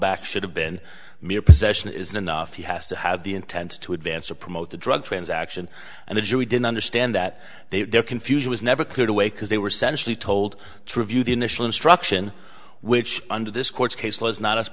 back should have been mere possession isn't enough he has to have the intent to advance or promote a drug transaction and the jury didn't understand that their confusion was never cleared away because they were centrally told treeview the initial instruction which under this court case law is not